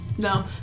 No